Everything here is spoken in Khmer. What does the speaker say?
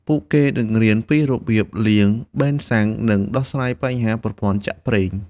ពួកគេនឹងរៀនពីរបៀបលាង ប៊េនសាំង និងដោះស្រាយបញ្ហាប្រព័ន្ធចាក់ប្រេង។